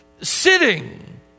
sitting